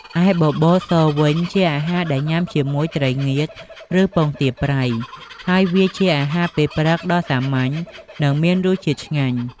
រីឯបបរសវិញ ជាអាហារដែលញុំាជាមួយត្រីងៀត ឬ ពងទាប្រៃ ហើយវាជាអាហារពេលព្រឹកដ៏សាមញ្ញ និងមានរសជាតិឆ្ងាញ់។